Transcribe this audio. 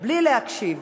בלי להקשיב.